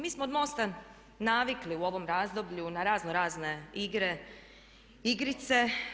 Mi smo od MOST-a navikli u ovom razdoblju na razno razne igre, igrice.